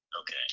okay